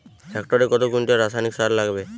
হেক্টরে কত কুইন্টাল রাসায়নিক সার লাগবে?